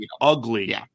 ugly